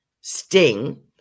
sting